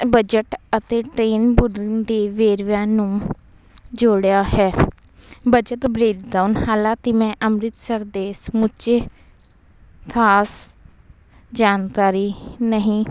budget ਅਤੇ train ਦੇ ਵੇਰਵਿਆਂ ਨੂੰ ਜੋੜਿਆ ਹੈ ਬਚਤ ਬਰੇਦ ਹਾਲਾਂਕਿ ਮੈਂ ਅੰਮ੍ਰਿਤਸਰ ਦੇ ਸਮੁੱਚੇ ਖਾਸ ਜਾਣਕਾਰੀ ਨਹੀਂ